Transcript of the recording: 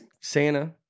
Santa